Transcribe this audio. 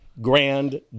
grand